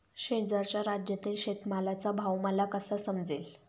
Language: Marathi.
शेजारच्या राज्यातील शेतमालाचा भाव मला कसा समजेल?